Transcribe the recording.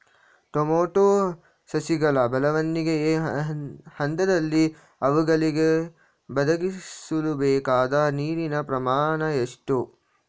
Tomato ಸಸಿಗಳ ಬೆಳವಣಿಗೆಯ ಹಂತದಲ್ಲಿ ಅವುಗಳಿಗೆ ಒದಗಿಸಲುಬೇಕಾದ ನೀರಿನ ಪ್ರಮಾಣ ಎಷ್ಟು?